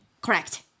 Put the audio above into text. Correct